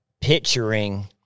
picturing